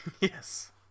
Yes